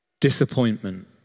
disappointment